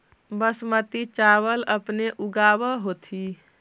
बासमती चाबल अपने ऊगाब होथिं?